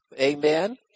Amen